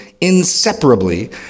inseparably